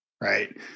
right